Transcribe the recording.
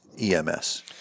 EMS